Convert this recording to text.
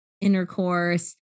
intercourse